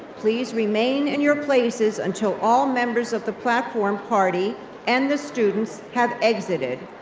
please remain in your places until all members of the platform party and the students have exited,